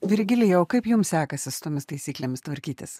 virgilijau o kaip jum sekasi su tomis taisyklėmis tvarkytis